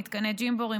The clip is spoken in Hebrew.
מתקני ג'ימבורי,